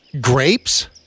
Grapes